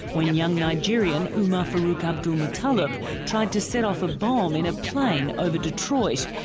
when young nigerian umar farouk abdulmutallab tried to set off a bomb in a plane over detroit.